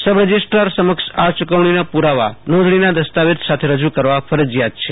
સબ registrar સમક્ષ આ ચૂકવણી ના પુરાવા નોંધણી ના દસ્તાવેજ સાથે રજૂ કરવા ફરજિયાત છે